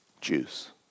Jews